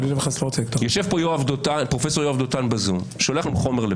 יושב בזום פרופסור יואב דותן ושולח לכאן חומר.